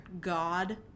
god